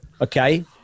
Okay